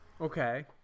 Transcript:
Okay